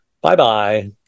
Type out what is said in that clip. Bye-bye